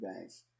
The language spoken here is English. guys